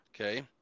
okay